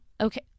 okay